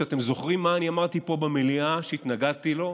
אתם זוכרים מה אני אמרתי פה במליאה כשהתנגדתי לו?